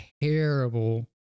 Terrible